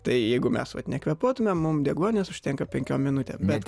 tai jeigu mes vat nekvėpuotume mums deguonies užtenka penkiom minutėm bet